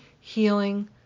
healing